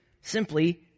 simply